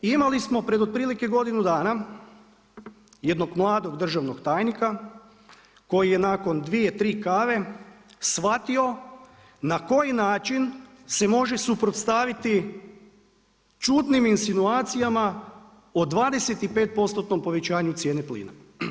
Imali smo pred otprilike godinu dana jednog mladog državnoj tajnika koji je nakon 2,3 kave shvatio na koji način se može suprotstaviti čudnim insinuacijama od 25%-tnom povećanju cijene plina.